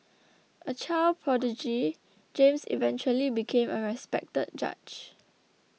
a child prodigy James eventually became a respected judge